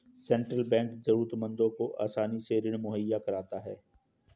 central bank जरूरतमंदों को आसानी से ऋण मुहैय्या कराता है